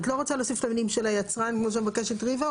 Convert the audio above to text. את לא רוצה להוסיף את המילים "של היצרן" כמו שמבקשת ריבה?